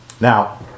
Now